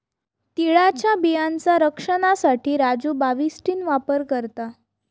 तिळाच्या बियांचा रक्षनासाठी राजू बाविस्टीन वापर करता